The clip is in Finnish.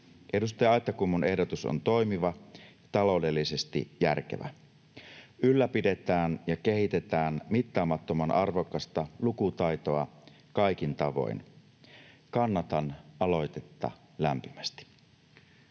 Edustaja Aittakummun ehdotus on toimiva ja taloudellisesti järkevä. Ylläpidetään ja kehitetään mittaamattoman arvokasta lukutaitoa kaikin tavoin. Kannatan aloitetta lämpimästi.